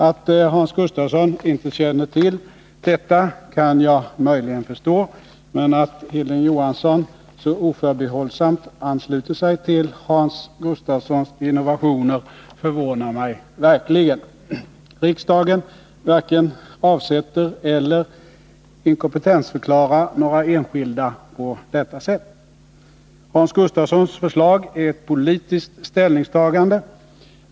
Att Hans Gustafsson inte känner till detta kan jag möjligen förstå, men att Hilding Johansson så oförbehållsamt ansluter sig till Hans Gustafssons innovationer förvånar mig verkligen. Riksdagen varken avsätter eller inkompetensförklarar några enskilda statsråd på detta sätt. Hans Gustafssons förslag är ett politiskt ställningstagande.